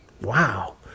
wow